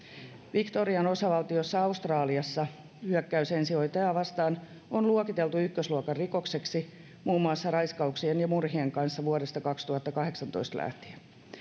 victorian osavaltiossa australiassa hyökkäys ensihoitajaa vastaan on luokiteltu ykkösluokan rikokseksi muun muassa raiskauksien ja murhien kanssa vuodesta kaksituhattakahdeksantoista lähtien